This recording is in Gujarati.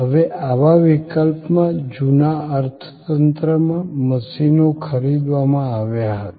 હવે આવા વિકલ્પમાં જૂના અર્થતંત્રમાં મશીનો ખરીદવામાં આવ્યા હતા